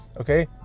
okay